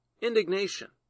indignation